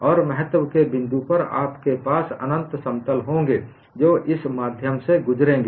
और महत्तव के बिंदु पर आपके पास अनंत समतल होंगे जो इस माध्यम से गुजरेंगे